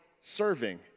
serving